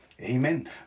Amen